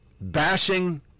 bashing